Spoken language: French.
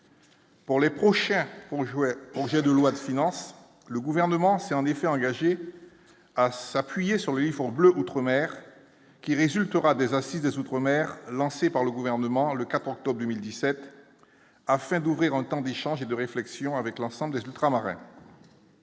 Pour les prochaines pour jouer, projet de loi de finances, le gouvernement s'est en effet engagé à s'appuyer sur les bleu Outre-Mer qui résultera des incidents outre-mer lancé par le gouvernement le 4 octobre 2017 afin d'ouvrir un temps d'échanges et de réflexion avec l'ensemble des ultramarins.